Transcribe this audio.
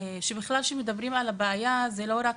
כאשר מדברים על טיפול בבעיה, אז זה לא רק